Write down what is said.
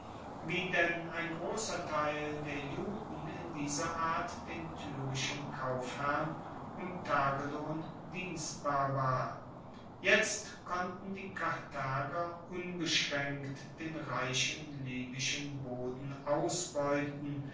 wie denn ein grosser teil der juden in dieser art den tyrischen kaufherren um tagelohn dienstbar war jetzt konnten die karthager unbeschraenkt den reichen libyschen boden ausbeuten